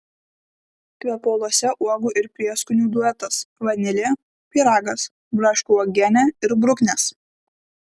kvepaluose uogų ir prieskonių duetas vanilė pyragas braškių uogienė ir bruknės